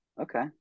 Okay